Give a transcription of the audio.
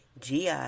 GI